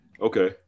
okay